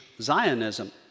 Zionism